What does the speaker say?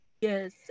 Yes